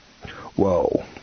Whoa